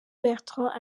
bertrand